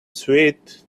sweet